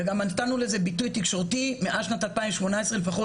גם נתנו לזה ביטוי תקשורתי מאז שנת 2018 לפחות,